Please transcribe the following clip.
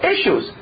issues